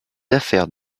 affaires